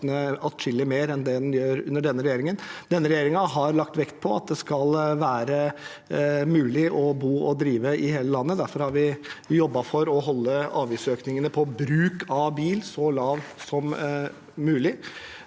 atskillig mer enn de gjør under denne regjeringen. Denne regjeringen har lagt vekt på at det skal være mulig å bo og drive i hele landet. Derfor har vi jobbet for å holde avgiftsøkningene på bruk av bil så lave som mulig,